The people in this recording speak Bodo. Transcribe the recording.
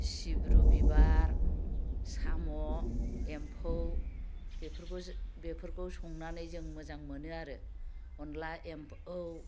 सिब्रु बिबार साम' एम्फौ बेफोरखौ जों बेफोरखौ संनानै जों मोजां मोनो आरो अनद्ला एम्फौ